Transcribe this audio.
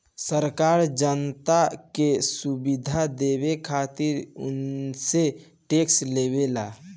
सरकार जनता के सुविधा देवे खातिर उनसे टेक्स लेवेला